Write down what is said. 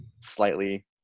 slightly